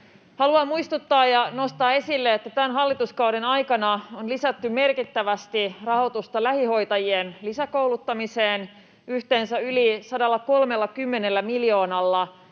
Haluan muistuttaa ja nostaa esille, että tämän hallituskauden aikana on lisätty merkittävästi rahoitusta lähihoitajien lisäkouluttamiseen. Yhteensä yli 130 miljoonalla